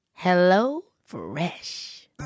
HelloFresh